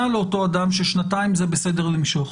לאותו אדם ששנתיים זה בסדר למשוך.